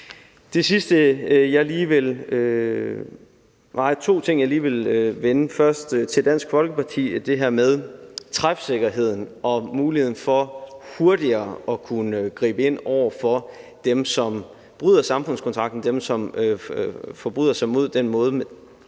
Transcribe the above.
to ting, jeg lige vil vende: først over for Dansk Folkeparti det her med træfsikkerheden og muligheden for hurtigere at kunne gribe ind over for dem, som bryder samfundskontrakten; dem, som forbryder sig imod den måde,